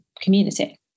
community